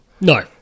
No